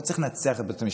לא צריך לנצח את בית המשפט,